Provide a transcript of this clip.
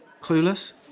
Clueless